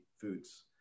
foods